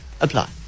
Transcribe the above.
apply